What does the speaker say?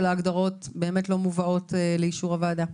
ההגדרות באמת לא מובאות לאישור הוועדה?